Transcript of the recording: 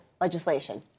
legislation